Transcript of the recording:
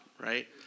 right